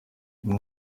uyu